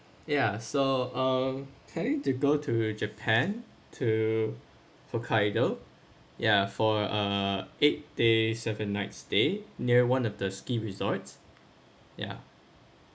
ya so um having to go to japan to hokkaido ya for uh eight days seven nights stay near one of the ski resort ya